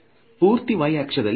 ಪೂರ್ತಿ y ಅಕ್ಷ ದಲ್ಲಿ x ನ ಮೌಲ್ಯ 0